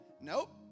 Nope